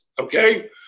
Okay